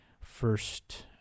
first